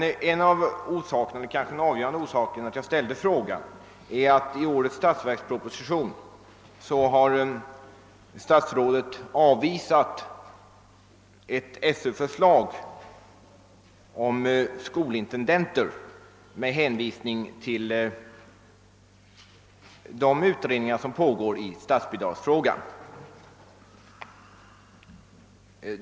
Den kanske avgörande orsaken till att jag framställde min fråga är att statsrådet i årets statsverksproposition har avvisat ett förslag av skolöverstyrelsen om inrättande av skolintendenter, och detta har skett med hänvisning till pågående utredningar om statsbidragsfrågan.